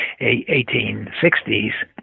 1860s